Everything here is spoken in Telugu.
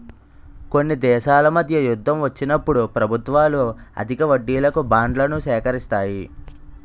కొన్ని దేశాల మధ్య యుద్ధం వచ్చినప్పుడు ప్రభుత్వాలు అధిక వడ్డీలకు బాండ్లను సేకరిస్తాయి